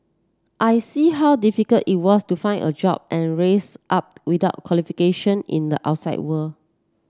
I see how difficult it was to find a job and rise up without qualification in the outside world